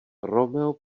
romeo